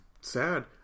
sad